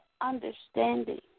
understanding